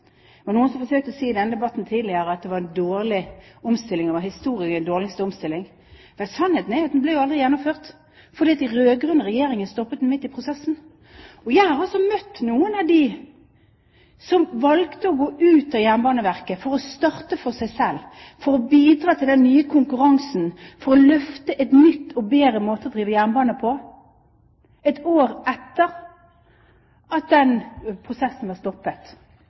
noen som forsøkte å si at det var en dårlig omstilling, det var historiens dårligste omstilling. Men sannheten er jo at den aldri ble gjennomført, fordi den rød-grønne regjeringen stoppet den midt i prosessen. Jeg har møtt noen av dem som valgte å gå ut av Jernbaneverket for å starte for seg selv, for å bidra til den nye konkurransen, for å løfte en ny og bedre måte å drive jernbane på ett år etter at den prosessen ble stoppet.